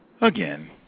Again